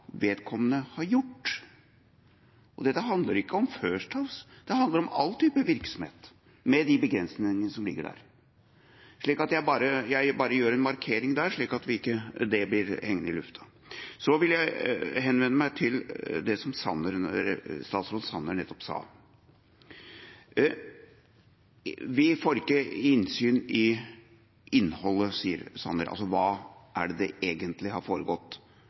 vedkommende har gjort, og dette handler ikke om First House. Det handler om all type virksomhet, med de begrensninger som ligger der. Jeg bare gjør en markering der, slik at det ikke blir hengende i lufta. Så vil jeg henvise til det som statsråd Sanner nettopp sa. Vi får ikke innsyn i innholdet, sier Sanner, altså hva det er som egentlig har foregått